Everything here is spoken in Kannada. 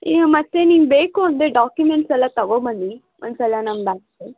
ಈಗ ಮತ್ತೆ ನೀನು ಬೇಕು ಅಂದರೆ ಡಾಕ್ಯುಮೆಂಟ್ಸ್ ಎಲ್ಲ ತಗೊಂಬನ್ನಿ ಒಂದು ಸಲ ನಮ್ಮ ಬ್ಯಾಂಕಿಗೆ